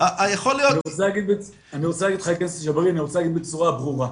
אני רוצה להגיד בצורה ברורה.